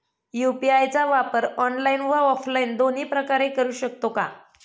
UPI चा वापर online व ऑफलाईन दोन्ही प्रकारे करु शकतो का?